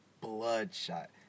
Bloodshot